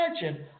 imagine